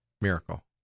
Miracle